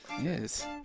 Yes